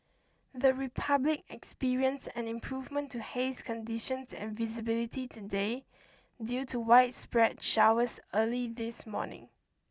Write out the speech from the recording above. the Republic experienced an improvement to haze conditions and visibility today due to widespread showers early in this morning